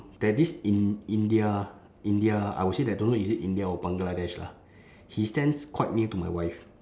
there this in~ india india I would say that don't know is it india or bangladesh lah he stands quite near to my wife